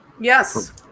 yes